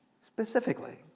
specifically